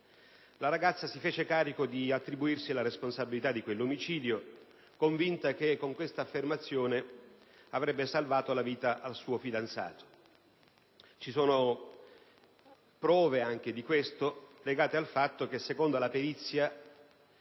la ragazza. Questa si fece carico di attribuirsi la responsabilità di quell'omicidio, convinta che con tale affermazione avrebbe salvato la vita al suo fidanzato. Ci sono prove anche di questo, legate al fatto che, secondo la perizia,